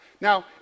Now